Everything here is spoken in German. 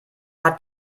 hat